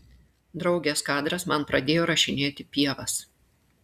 draugės kadras man pradėjo rašinėti pievas